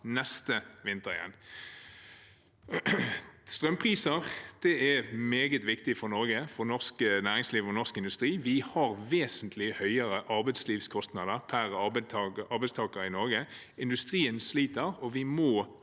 neste vinter. Strømpriser er meget viktig for Norge, for norsk næringsliv og norsk industri. Vi har vesentlig høyere arbeidslivskostnader per arbeidstaker i Norge. Industrien sliter, og vi må